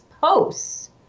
posts